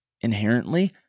inherently